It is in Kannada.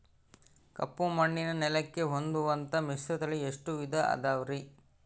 ಕಪ್ಪುಮಣ್ಣಿನ ನೆಲಕ್ಕೆ ಹೊಂದುವಂಥ ಮಿಶ್ರತಳಿ ಎಷ್ಟು ವಿಧ ಅದವರಿ?